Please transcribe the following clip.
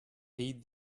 heed